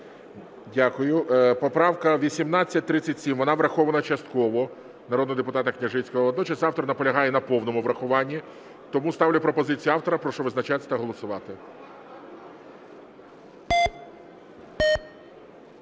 Поправка 1837, вона врахована часткового, народного депутата Княжицького. Водночас автор наполягає на повному врахуванні. Тому ставлю пропозицію автора, прошу визначатися та голосувати.